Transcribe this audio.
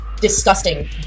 disgusting